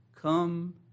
come